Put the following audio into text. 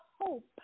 hope